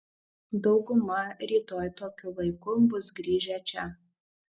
dauguma rytoj tokiu laiku bus grįžę čia